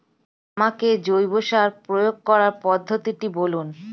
আমাকে জৈব সার প্রয়োগ করার পদ্ধতিটি বলুন?